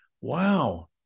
wow